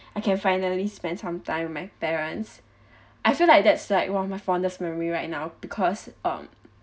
I can finally spend some time with my parents I feel like that;'s like one of my fondest memory right now because um